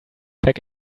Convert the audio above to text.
back